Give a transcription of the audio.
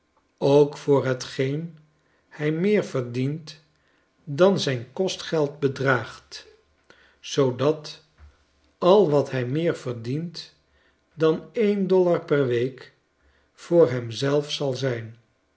ook voor hetgeen hij meer verdient dan zijn kostgeld bedraagt zoodat al wat hij meer verdient dan een dollar per week voor hem zelf zal zijn